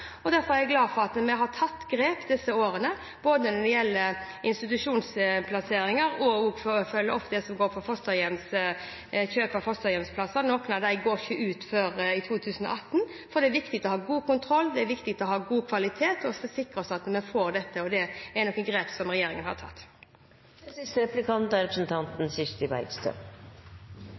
nødvendig. Derfor er jeg glad for at vi har tatt grep disse årene, både når det gjelder institusjonsplasseringer og når det gjelder å følge opp det som går på kjøp av fosterhjemsplasser. Noen av dem går ikke ut før i 2018. Det er viktig å ha god kontroll, det er viktig å ha god kvalitet og sikre seg at en får dette. Det er noen grep som regjeringen har tatt.